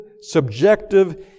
subjective